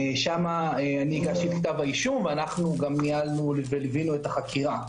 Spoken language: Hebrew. שם אני הגשתי את כתב האישום ואנחנו גם ניהלנו וליווינו את החקירה,